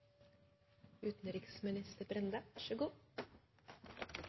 utanriksminister Brende